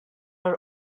are